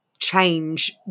change